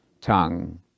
tongue